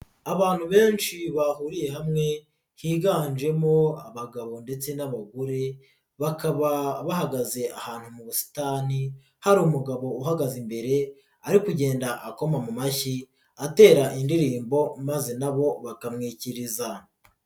Abantu benshi bahuriye hamwe higanjemo abagabo ndetse n'abagore bakaba bahagaze ahantu mu busitani hari umugabo uhagaze imbere ari kugenda akoma mu mashyi atera indirimbo maze na bo bakamwikiriza.